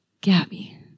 Gabby